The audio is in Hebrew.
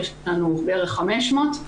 יש לנו בערך 500,